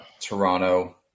Toronto